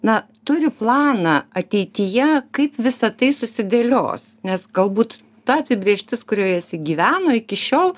na turi planą ateityje kaip visa tai susidėlios nes galbūt ta apibrėžtis kurioje jisai gyveno iki šiol